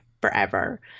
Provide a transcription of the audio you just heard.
forever